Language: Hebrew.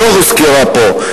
שלא הוזכרה פה,